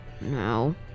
No